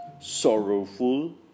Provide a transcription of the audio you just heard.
sorrowful